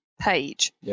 page